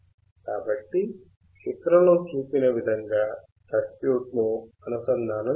కాబట్టి చిత్రంలో చూపిన విధంగా సర్క్యూట్ను అనుసంధానము చేయండి